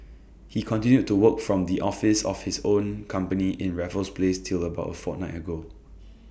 he continued to work from the office of his own company in Raffles place till about A fortnight ago